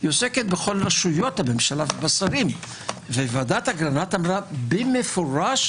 היא עוסקת בכל רשויות הממשלה ובשרים ו-וועדת אגרנט אמרה במפורש: